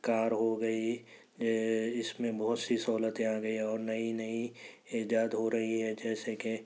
کار ہو گئی اس میں بہت سی سہولتیں آ گئیں اور نئی نئی ایجاد ہو رہی ہے جیسے کہ